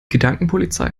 gedankenpolizei